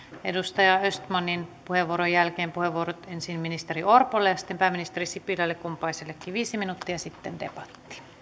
edustaja östmanin puheenvuoron jälkeen puheenvuorot ensin ministeri orpolle ja sitten pääministeri sipilälle kummallekin viisi minuuttia ja sitten debatti